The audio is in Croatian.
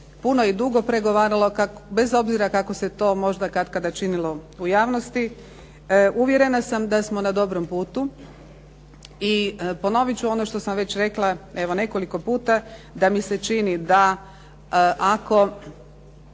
puno i dugo pregovaralo bez obzira kako se to možda katkada činilo u javnosti. Uvjerena sam da smo na dobrom putu. I ponovit ću ono što sam već rekla evo nekoliko puta da mi se čini da ako